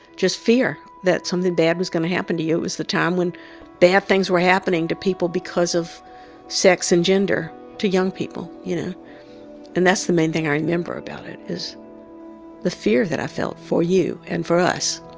just fear that something bad was going to happen to you, it was a time when bad things were happening to people because of sex and gender, to young people. you know and that's the main thing i remember about it, is the fear that i felt for you, and for us,